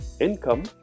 income